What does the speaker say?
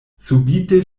subite